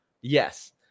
yes